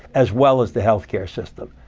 as well as the health care system.